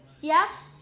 yes